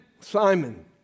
Simon